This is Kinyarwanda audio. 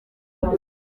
mutwe